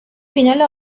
فینال